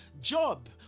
Job